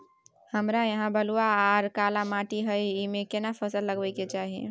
हमरा यहाँ बलूआ आर काला माटी हय ईमे केना फसल लगबै के चाही?